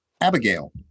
Abigail